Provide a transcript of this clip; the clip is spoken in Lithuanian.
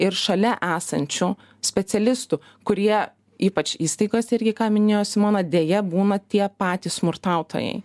ir šalia esančių specialistų kurie ypač įstaigos irgi ką minėjo simona deja būna tie patys smurtautojai